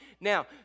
Now